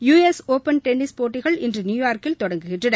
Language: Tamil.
யு எஸ் ஓப்பன் டென்னிஸ் போட்டிகள் இன்று நியூ யார்க்கில் தொடங்குகின்றன